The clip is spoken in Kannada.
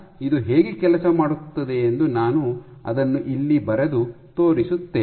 ಆದ್ದರಿಂದ ಇದು ಹೇಗೆ ಕೆಲಸ ಮಾಡುತ್ತದೆ ಎಂದು ನಾನು ಅದನ್ನು ಇಲ್ಲಿ ಬರೆದು ತೋರಿಸುತ್ತೇನೆ